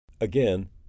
Again